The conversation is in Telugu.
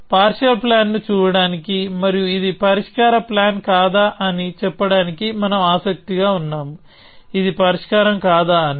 పార్షియల్ ప్లాన్ ను చూడటానికి మరియు ఇది పరిష్కార ప్లాన్ కాదా అని చెప్పడానికి మనం ఆసక్తి గా ఉన్నాము ఇది పరిష్కారం కాదా అని